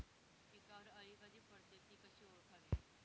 पिकावर अळी कधी पडते, ति कशी ओळखावी?